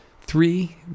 three